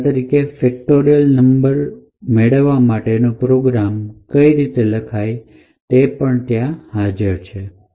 દાખલા તરીકે factorial number મેળવવા માટેનો પ્રોગ્રામ કઈ રીતે લખી શકાય એ ઉમેર્યું છે